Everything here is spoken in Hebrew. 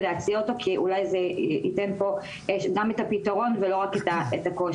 להציע אותו כי אולי זה ייתן פה גם את הפתרון ולא רק את הקושי,